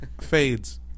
fades